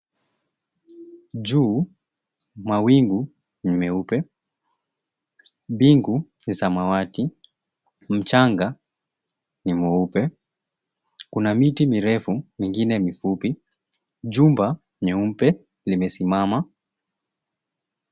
Juu mawingu ni meupe. Mbingu ni samawati. Mchanga ni mweupe. Kuna miti mirefu mingine mifupi. Jumba leupe limesimama.